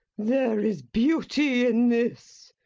there is beauty in this.